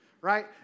right